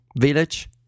village